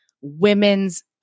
women's